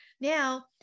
now